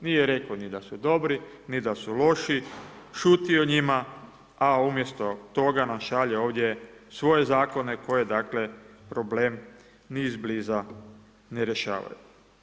Nije rekao ni da su dobri, ni da su loši, šuti o njima, a umjesto toga nam šalje ovdje svoje zakone, koje dakle, problem ni izbliza ne rješavaju.